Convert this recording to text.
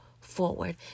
forward